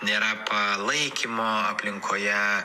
nėra palaikymo aplinkoje